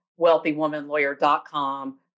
wealthywomanlawyer.com